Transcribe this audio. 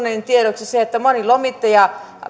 tiedoksi se että moni lomittaja